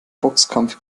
boxkampf